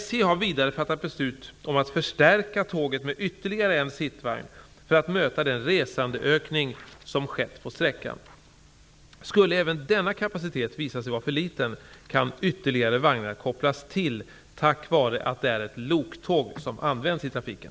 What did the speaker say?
SJ har vidare fattat beslut om att förstärka tåget med ytterligare en sittvagn för att möta den resandeökning som skett på sträckan. Skulle även denna kapacitet visa sig vara för liten kan ytterligare vagnar kopplas till tack vare att det är ett loktåg som används i trafiken.